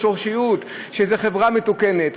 שהם חברה מתוקנת,